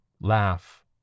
laugh